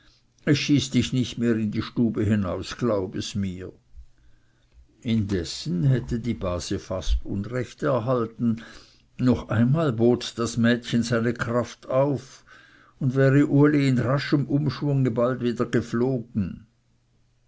schießt dich nicht mehr in die stube hinaus glaub es mir indessen hätte die base fast unrecht erhalten noch einmal bot das mädchen seine kraft auf und uli wäre in raschem umschwunge bald wieder geflogen